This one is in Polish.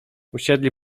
usiedli